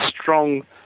strong